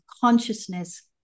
consciousness